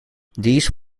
these